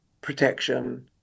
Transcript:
protection